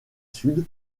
sud